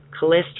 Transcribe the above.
cholesterol